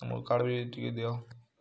ମୋର୍ card ବି ଟିକେ ଦିଅ